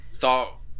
thought